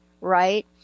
Right